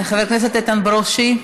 חבר הכנסת איתן ברושי,